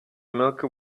milky